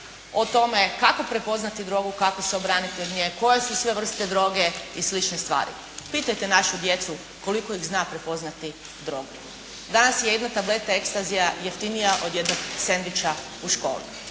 o tome kako prepoznati drogu, kako se obraniti od nje, koje su sve vrste droge i slične stvari. Pitajte našu djecu koliko ih zna prepoznati drogu? Danas je jedna tableta ekstazija jeftinija od jednog sendviča u školi.